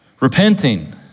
repenting